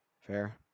fair